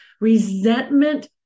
Resentment